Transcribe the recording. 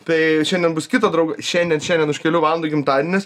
tai šiandian bus kito draugo šiandien šiandien už kelių valandų gimtadienis